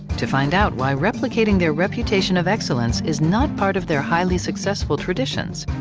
to find out why replicating their reputation of excellence is not part of their highly successful traditions.